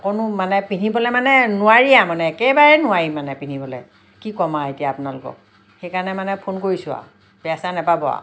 অকনো মানে পিন্ধিবলৈ মানে নোৱাৰিয়ে মানে একেবাৰে নোৱাৰি মানে পিন্ধিবলৈ কি ক'ম আৰু এতিয়া আপোনালোকক সেইকাৰণে মানে ফোন কৰিছোঁ আৰু বেয়া চেয়া নাপাব আৰু